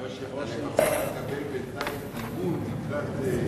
היושב-ראש יצטרך לקבל בינתיים אימון לקראת,